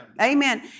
Amen